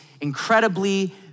incredibly